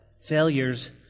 failures